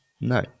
No